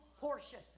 portion